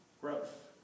growth